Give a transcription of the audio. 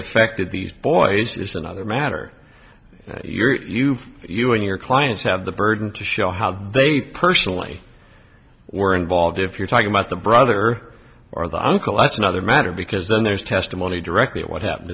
affected these boys is another matter your you you and your clients have the burden to show how they personally were involved if you're talking about the brother or the uncle that's another matter because then there's testimony directly what happened